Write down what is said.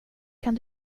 kan